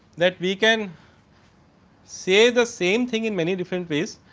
that we can say, the same thing in many different ways.